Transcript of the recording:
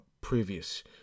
previous